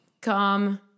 come